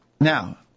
Now